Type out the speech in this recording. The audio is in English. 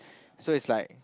so it's like